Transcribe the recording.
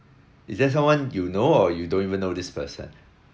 is that someone you know or you don't even know this person